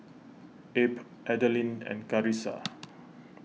Abe Adalyn and Carissa